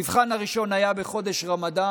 המבחן הראשון היה בחודש רמדאן,